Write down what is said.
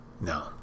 No